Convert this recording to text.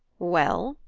well?